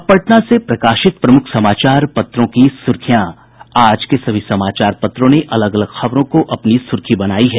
अब पटना से प्रकाशित प्रमुख समाचार पत्रों की सुर्खियां आज के सभी समाचार पत्रों ने अलग अलग खबरों को अपनी सुर्खी बनायी है